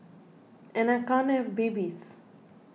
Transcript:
and I can't have babies